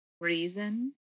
reason